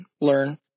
learn